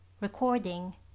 recording